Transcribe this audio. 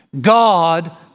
God